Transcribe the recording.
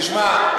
תשמע,